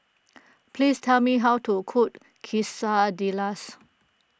please tell me how to cook Quesadillas